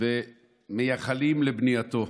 ומייחלים לבנייתו.